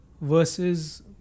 versus